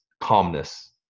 calmness